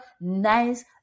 nice